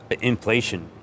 Inflation